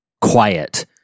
quiet